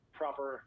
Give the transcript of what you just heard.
proper